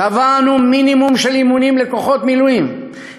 קבענו מינימום של אימונים לכוחות מילואים,